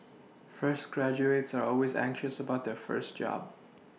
fresh graduates are always anxious about their first job